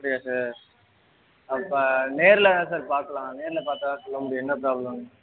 அப்படியா சார் அப்போ நேரில் தான் சார் பார்க்கலாம் நேரில் பார்த்தாதான் சொல்ல முடியும் என்ன பிராப்ளம்னு